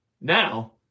Now